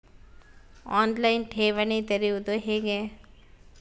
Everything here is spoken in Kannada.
ಆನ್ ಲೈನ್ ಠೇವಣಿ ತೆರೆಯುವುದು ಹೇಗೆ?